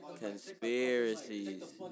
conspiracies